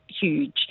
huge